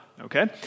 Okay